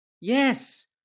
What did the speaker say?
Yes